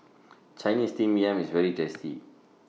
Chinese Steamed Yam IS very tasty